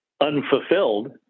unfulfilled